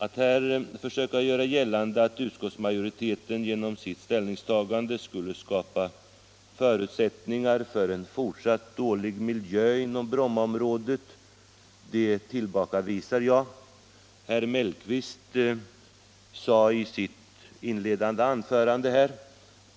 Att försöka göra gällande att utskottsmajoriteten genom sitt ställningstagande skulle skapa förutsättningar för en fortsatt dålig miljö inom Brommaområdet är ett påstående som jag tillbakavisar. Herr Mellqvist sade i sitt inledningsanförande